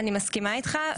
אני מסכימה איתך.